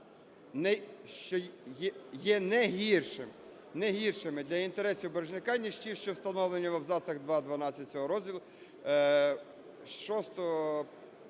не гіршими для інтересів боржника, ніж ті, що встановлені в абзацах 2-12